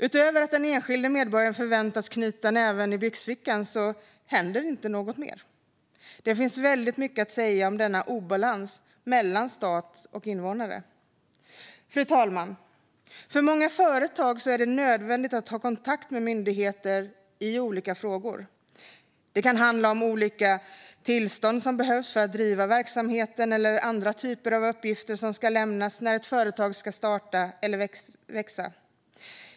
Utöver att den enskilde medborgaren förväntas knyta näven i byxfickan händer inte något. Det finns väldigt mycket att säga om denna obalans mellan stat och invånare. Fru talman! För många företag är det nödvändigt att ha kontakt med myndigheter i olika frågor. Det kan handla om olika tillstånd som behövs för att driva verksamheten eller om andra typer av uppgifter som ska lämnas när ett företag ska starta eller växa.